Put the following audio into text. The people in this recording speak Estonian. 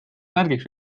märgiks